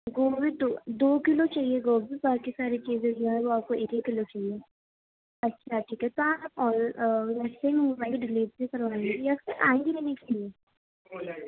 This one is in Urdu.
گوبھی دو دو کلو چاہیے گوبھی باقی ساری چیزیں جو ہیں وہ آپ کو ایک ایک کلو چاہیے اچھا ٹھیک ہے کہاں آپ رہتے ہیں وہیں ڈلیوری کروائیے یا آئیں گی لینے کے لیے ہو جائے گی